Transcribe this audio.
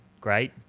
Great